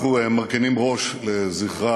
אנחנו מרכינים ראש לזכרה